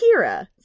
Kira